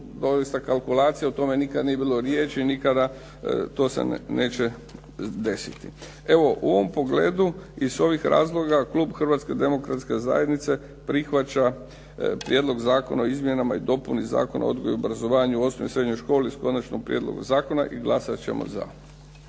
doista kalkulacija, o tome nikad nije bilo riječi, nikada to se neće desiti. Evo, u ovom pogledu i iz ovih razloga, klub Hrvatske demokratske zajednice prihvaća Prijedlog zakona o izmjenama i dopunama Zakona o odgoji i obrazovanju u osnovnoj i srednjoj školi s Konačnim prijedlogom zakona i glasat ćemo za.